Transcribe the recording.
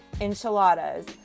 enchiladas